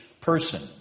person